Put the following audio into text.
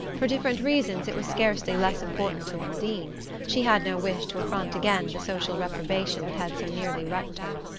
for different reasons it was scarcely less important to undine she had no wish to affront again the social reprobation that had so nearly wrecked her.